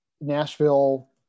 Nashville